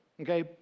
okay